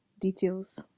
details